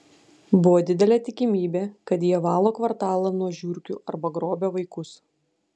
buvo didelė tikimybė kad jie valo kvartalą nuo žiurkių arba grobia vaikus